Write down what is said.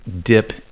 dip